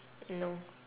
no